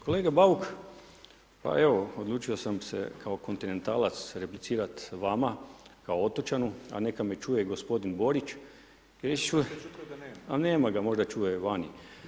Kolega Bauk, pa evo odlučio sam se kao kontinentalac replicirati vama kao otočanu a neka me čuje i gospodin Borić, …… [[Upadica sa strane, ne razumije se.]] a nema ga, možda čuje vani.